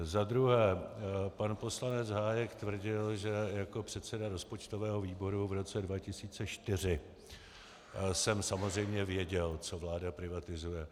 Za druhé pan poslanec Hájek tvrdil, že jako předseda rozpočtového výboru v roce 2004 jsem samozřejmě věděl, co vláda privatizuje.